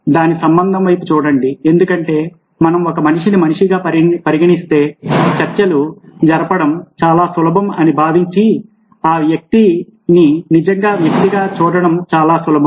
దాని సంబంధం వైపు చూడండి ఎందుకంటే మనం ఒక మనిషిని మనిషిగా పరిగణిస్తే చర్చలు జరపడం చాలా సులభం అని భావించి ఆ వ్యక్తిని నిజమైన వ్యక్తిగా చూడటం చాలా సులభం